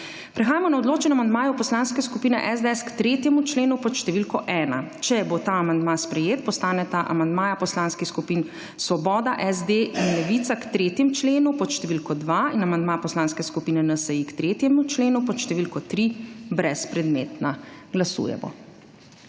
Prehajamo na odločanje o amandmaju Poslanske skupine SDS k 3. členu pod številko 1. Če bo ta amandma sprejet postaneta amandmaja poslanskih skupin Svoboda, SD in levica k 3. členu pod številko 2 in amandma Poslanske skupine NSi k 3. členu pod številko 3 brezpredmetna. Glasujemo.